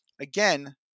again